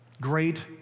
Great